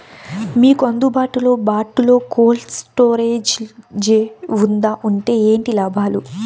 మీకు అందుబాటులో బాటులో కోల్డ్ స్టోరేజ్ జే వుందా వుంటే ఏంటి లాభాలు?